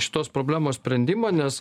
šitos problemos sprendimą nes